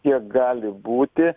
jie gali būti